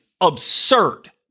absurd